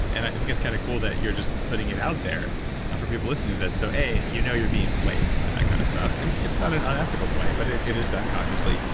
and i think it's kind of cool that you're just putting it out there for people listening to this so a, you know you're being played by that kind of stuff. and it's not an unethical play but it it is done consciously.